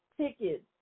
tickets